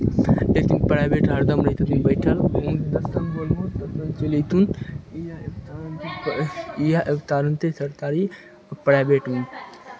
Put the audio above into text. लेतिन प्राइवेट हरदम रहै छथिन बैठल जखन बोलबहो तखन चलि अयथुन इएह तारण छै इएह एदो तारण छै सरतारी प्राइवेटमे